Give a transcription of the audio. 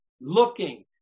looking